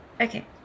Okay